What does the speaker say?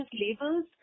labels